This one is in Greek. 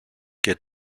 και